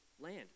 land